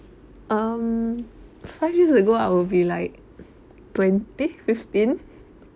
um five years ago I would be like twen~ eh fifteen